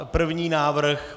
První návrh.